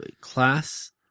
class